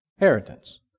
inheritance